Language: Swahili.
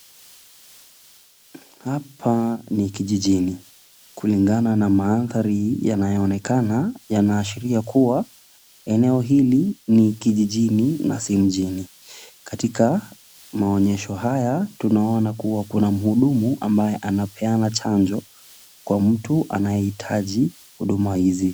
Hapa ni kijijini, kulingana na mandhari yanayoonekana yanaashiria kuwa eneo hili ni kijijini na si mjini. Katika maonyesho haya tunaona kuwa kuna mhudumu ambaye anapeana chanjo kwa mtu anayehitaji huduma hizi.